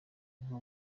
nko